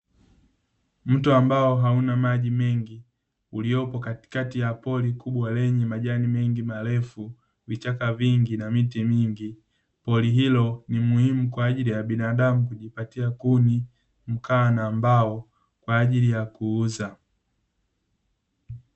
Mto ambao hauna maji mengi, uliopo katikati ya pori kubwa lenye majani mengi, marefu, vichaka vingi, na miti mingi. Pori hilo ni muhimu kwa ajili ya binadamu kujipatia kuni, mkaa, na mbao kwa ajili ya kuuza.